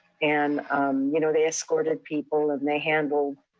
and you know they escorted people, and they handled